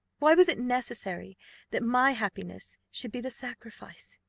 why was it necessary that my happiness should be the sacrifice?